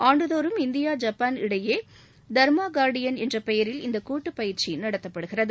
ஆண்டுதோறும் India Japan இடையே தாமாகா்டியன் என்ற பெயரில் இந்த கூட்டு பயிற்சி நடத்தப்படுகிறது